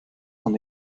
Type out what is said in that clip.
son